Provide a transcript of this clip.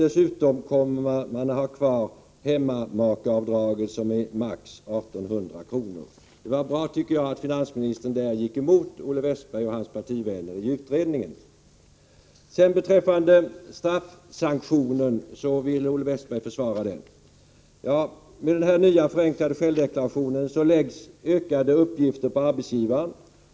Dessutom kommer man att ha kvar hemmamakeavdraget, som är maximalt 1 800 kr. Det var bra, tycker jag, att finansministern där gick emot Olle Westberg och hans partivänner i utredningen. Olle Westberg vill försvara straffsanktionen. Ja, med den nya förenklade självdeklarationen läggs ökade uppgifter på arbetsgivaren.